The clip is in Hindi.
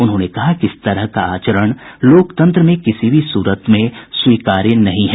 उन्होंने कहा कि इस तरह का आचरण लोकतंत्र में किसी भी सूरत में स्वीकार्य नहीं है